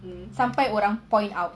sampai orang point out